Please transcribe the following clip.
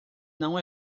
não